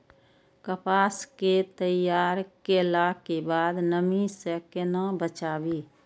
कपास के तैयार कैला कै बाद नमी से केना बचाबी?